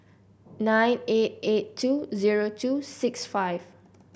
nine eight eight two zero two six five